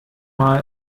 mal